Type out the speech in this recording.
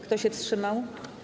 Kto się wstrzymał?